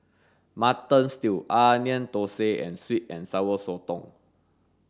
mutton stew onion thosai and sweet and sour sotong